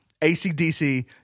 ACDC